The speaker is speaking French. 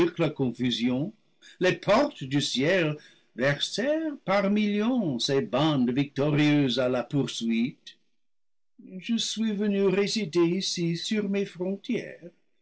la confusion les portes du ciel versèrent par millions ses bandes victorieuses à la pour suite je suis venu résider ici sur mes frontières